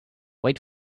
wait